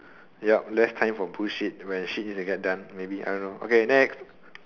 yup less time for bullshit when shit needs to get done maybe I don't know okay next